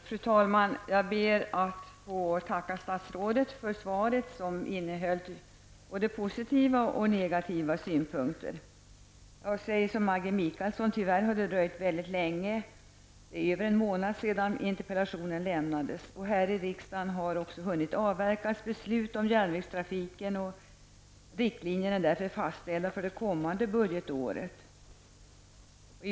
Fru talman! Jag ber att få tacka statsrådet för svaret som innehöll både positiva och negativa synpunkter. Jag säger som Maggi Mikaelsson, tyvärr har svaret dröjt länge. Det är över en månad sedan interpellationen lämnades. Här i riksdagen har också hunnit avverkas beslut om järnvägstrafiken. Riktlinjerna för kommande budgetår är därför fastställda.